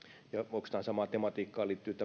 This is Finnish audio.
oikeastaan samaan tematiikkaan liittyvät